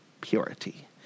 purity